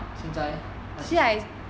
现在 leh 他几岁